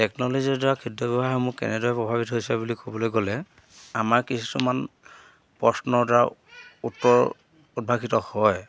টেকন'ল'জীৰ দ্বাৰা ক্ষুদ্ৰ ব্যৱসায়সমূহ কেনেদৰে প্ৰভাৱিত হৈছে বুলি ক'বলৈ গ'লে আমাৰ কিছুমান প্ৰশ্নৰ দ্বাৰা উত্তৰ উদ্ভাসিত হয়